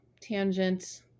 Tangent